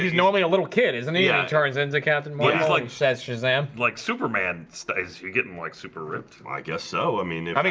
normally a little kid isn't he yeah turns into captain was like says shazam like superman stays you're getting like super ripped i guess so i mean i mean